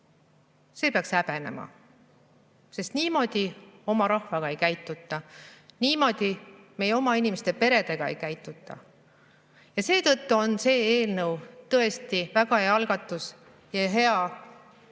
tõi, peaks häbenema. Sest niimoodi oma rahvaga ei käituta. Niimoodi meie oma inimeste ja peredega ei käituta. Seetõttu on see eelnõu tõesti väga hea algatus, hea ja